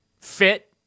fit